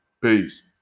Peace